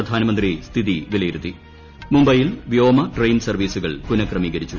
പ്രധാനമന്ത്രി സ്ഥിതി വിലയിരുത്തീ മുംബൈയിൽ വ്യോമ ട്രെയിൻ സർവ്വീസുകൾ പുനഃക്ര്മീകരിച്ചു